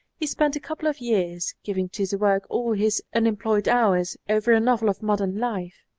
he spent a couple of years, giving to the work all his unem ployed hours, over a novel of modern life.